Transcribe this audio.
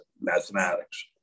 mathematics